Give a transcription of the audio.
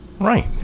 Right